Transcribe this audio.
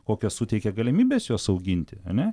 kokias suteikia galimybes juos auginti ane